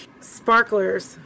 sparklers